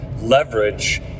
leverage